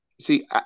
See